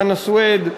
חנא סוייד,